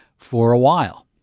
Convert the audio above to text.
for a while?